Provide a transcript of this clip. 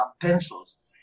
pencils